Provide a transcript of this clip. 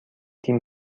تیم